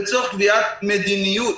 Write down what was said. לצורך קביעת מדיניות,